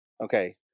Okay